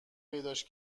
پیداش